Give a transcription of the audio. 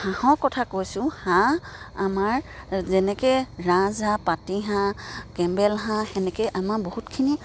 হাঁহৰ কথা কৈছোঁ হাঁহ আমাৰ যেনেকে ৰাজহাঁহ পাতিহাঁহ কেমবেলহাঁহ সেনেকে আমাৰ বহুতখিনি